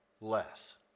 less